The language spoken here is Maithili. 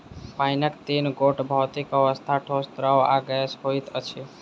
पाइनक तीन गोट भौतिक अवस्था, ठोस, द्रव्य आ गैस होइत अछि